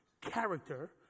Character